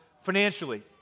financially